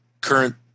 current